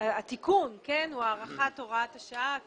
התיקון להארכת הוראת השעה הוא